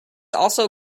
also